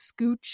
scooch